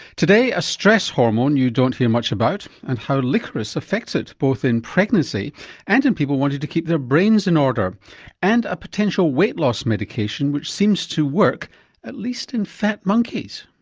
today a stress hormone you don't hear much about and how liquorice affects it both in pregnancy and in people wanting to keep their brains in order and a potential weight loss medication which seems to work at least in fat monkeys.